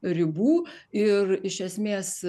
ribų ir iš esmės